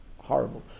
horrible